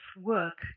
work